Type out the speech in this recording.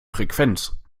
frequenz